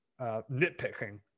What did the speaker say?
nitpicking